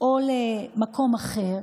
או למקום אחר,